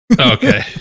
Okay